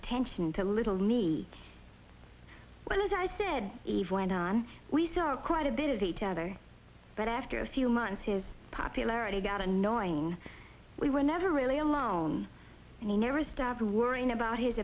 attention to little me when as i said eve went on we saw quite a bit of each other but after a few months his popularity got annoying we were never really alone and he never stop worrying about his